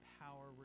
power